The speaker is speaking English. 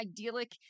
idyllic